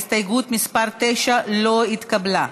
הסתייגות מס' 9 לא התקבלה.